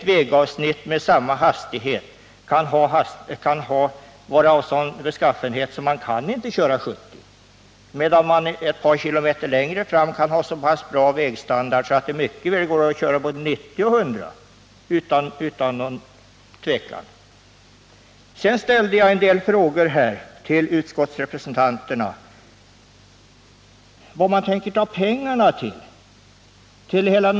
Ett avsnitt av en väg utanför tättbebyggt område kan vara av en sådan beskaffenhet att det inte går att köra 70 km tim. Jag ställde vidare en del frågor till utskottsrepresentanterna om varifrån man tänker ta pengarna till allt det här.